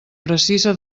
precisa